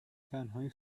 تنهایی